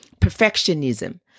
perfectionism